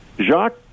Jacques